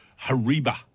Hariba